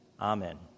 Amen